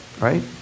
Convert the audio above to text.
Right